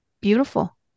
beautiful